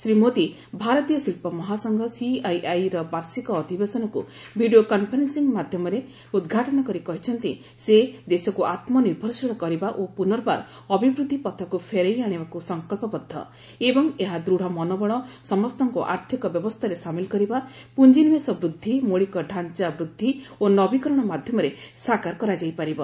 ଶ୍ରୀ ମୋଦୀ ଭାରତୀୟ ଶିଳ୍ପ ମହାସଂଘ ସିଆଇଆଇର ବାର୍ଷିକ ଅଧିବେଶନକୁ ଭିଡ଼ିଓ କନ୍ଫରେନ୍ସିଂ ମାଧ୍ୟମରେ ଉଦ୍ଘାଟନ କରି କହିଛନ୍ତି ସେ ଦେଶକୁ ଆତ୍ମନିର୍ଭରଶୀଳ କରିବା ଓ ପୁନର୍ବାର ଅଭିବୃଦ୍ଧି ପଥକୁ ଫେରାଇ ଆଣିବାକୁ ସଂକଳ୍ପବନ୍ଧ ଏବଂ ଏହା ଦୃଢ଼ ମନୋବଳ ସମସ୍ତଙ୍କୁ ଆର୍ଥକ ବ୍ୟବସ୍ଥାରେ ସାମିଲ କରିବା ପୁଞ୍ଜିନିବେଶ ବୃଦ୍ଧି ମୌଳିକ ଡାଂଚା ବୃଦ୍ଧି ଓ ନବିକରଣ ମାଧ୍ୟମରେ ସାକାର କରାଯାଇ ପାରିବ